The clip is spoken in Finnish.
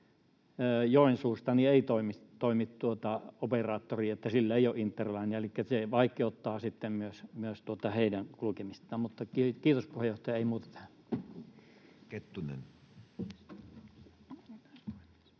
Joensuusta ei toimi operaattori, eli sillä ei ole interlinea ja se vaikeuttaa heidän kulkemistaan. — Mutta kiitos, puheenjohtaja, ei muuta tähän.